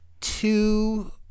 two